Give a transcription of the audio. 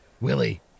Willie